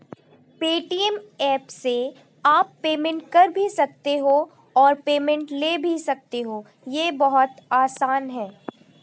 Paytm app से आप payment कर भी सकते हो और पेमेंट ले भी सकते हो, ये बहुत आसान है